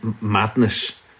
madness